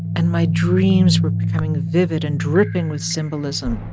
and my dreams were becoming vivid and dripping with symbolism.